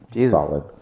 solid